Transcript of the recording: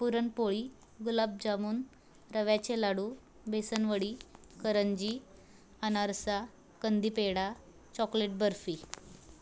पुरणपोळी गुलाबजामून रव्याचे लाडू बेसनवडी करंजी अनारसा कंदी पेढा चॉकलेट बर्फी